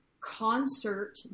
concert